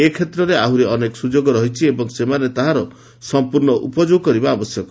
ଏ କ୍ଷେତ୍ରରେ ଆହୁରି ଅନେକ ସୁଯୋଗ ରହିଛି ଏବଂ ସେମାନେ ତାହାର ସମ୍ପୂର୍ଣ୍ଣ ଉପଯୋଗ କରିବା ଆବଶ୍ୟକ